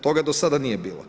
Toga do sada nije bilo.